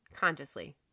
consciously